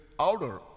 outer